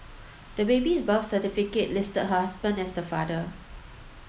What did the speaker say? the baby's birth certificate listed her husband as the father